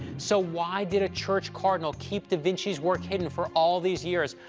so, why did a church cardinal keep da vinci's work hidden for all these years,